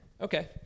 Okay